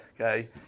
okay